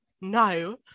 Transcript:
No